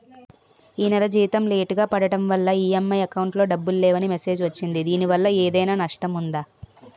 ఈ నెల జీతం లేటుగా పడటం వల్ల ఇ.ఎం.ఐ అకౌంట్ లో డబ్బులు లేవని మెసేజ్ వచ్చిందిదీనివల్ల ఏదైనా నష్టం ఉందా?